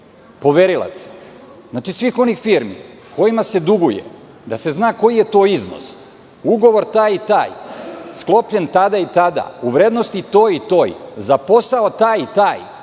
poverilaca, znači svih onih firmi kojima se duguje, da se zna koji je to iznos, ugovor taj i taj, sklopljen tada i tada, u vrednosti toj i toj, za posao taj i taj